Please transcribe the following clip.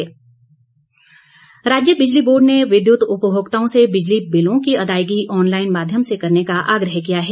बिजली बोर्ड राज्य बिजली बोर्ड ने विद्युत उपभोक्ताओं से बिजली बिलों की अदायगी ऑनलाईन माध्यम से करने का आग्रह किया है